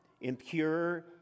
impure